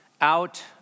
out